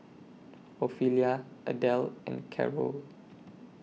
Ophelia Adelle and Carrol